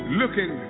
looking